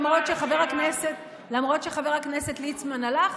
למרות שחבר הכנסת ליצמן הלך,